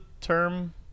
term